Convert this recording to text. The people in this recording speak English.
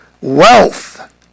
Wealth